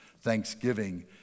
Thanksgiving